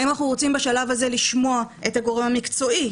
האם אנחנו רוצים בשלב הזה לשמוע את הגורם המקצועי?